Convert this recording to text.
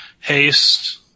haste